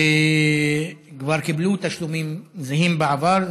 וכבר קיבלו תשלומים זהים בעבר.